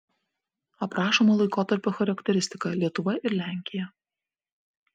aprašomo laikotarpio charakteristika lietuva ir lenkija